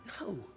no